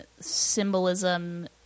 symbolism